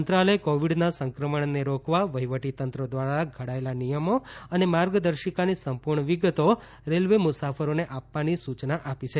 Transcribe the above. મંત્રાલયે કોવિડનાં સંક્રમણને રોકવા વહિવટીતંત્ર ક્રારા ધડાયેલાં નિયમો અને માર્ગદર્શિકાની સંપૂર્ણ વિગતો રેલ્વે મુસાફરોને આપવાની સૂચનાં આપી છે